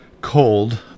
cold